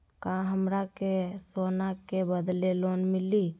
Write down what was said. का हमरा के सोना के बदले लोन मिलि?